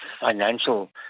financial